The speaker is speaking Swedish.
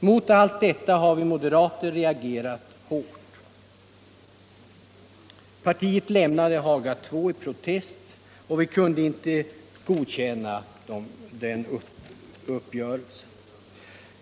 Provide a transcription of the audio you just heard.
Mot allt detta har vi moderater reagerat hårt. Partiet lämnade Haga II i protest, och vi kunde inte godkänna den uppgörelsen.